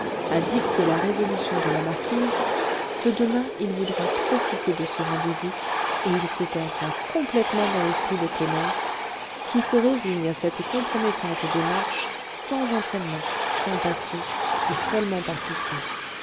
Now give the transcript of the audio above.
a dicté la résolution de la marquise que demain il voudra profiter de ce rendez-vous et il se perdra complètement dans l'esprit de clémence qui se résigne à cette compromettante démarche sans entraînement sans passion et seulement par pitié